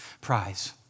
prize